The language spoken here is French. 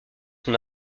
son